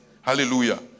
Hallelujah